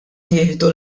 jieħdu